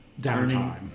downtime